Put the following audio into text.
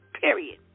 period